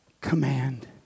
command